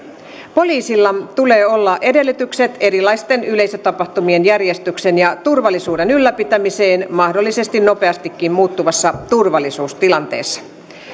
poliisilla tulee olla edellytykset erilaisten yleisötapahtumien järjestyksen ja turvallisuuden ylläpitämiseen mahdollisesti nopeastikin muuttuvassa turvallisuustilanteessa